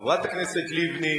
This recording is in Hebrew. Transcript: חברת הכנסת לבני,